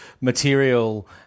material